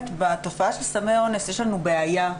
בתופעה של סמי אונס יש לנו בעיה,